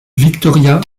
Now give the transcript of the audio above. victoria